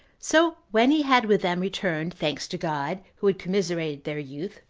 so when he had with them returned thanks to god, who had commiserated their youth,